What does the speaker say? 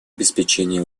обеспечение